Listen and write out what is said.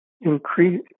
increase